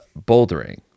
bouldering